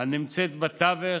הנמצאת בתווך: